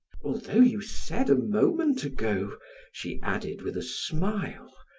although you said a moment ago, she added with a smile,